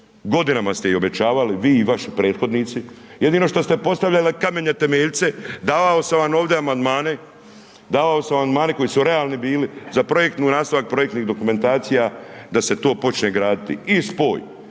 godinama ste ih obećavali, vi i vaši prethodnici, jedino što ste postavljali kamenje temeljce, davao sam vam ovdje amandmane, davao sam vam amandmane koji su realni bili, za projektnu …/Govornik se ne razumije/…i projektnih dokumentacija, da se to počne graditi i spoj